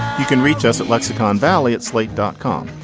you can reach us at lexicon valley at slate dot com.